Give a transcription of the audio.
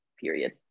period